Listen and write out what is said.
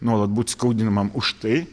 nuolat būt skaudinamam už tai